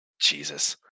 Jesus